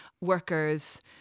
workers